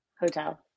hotel